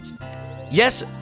yes